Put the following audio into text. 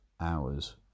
hours